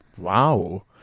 Wow